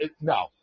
No